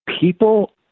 people